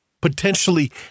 potentially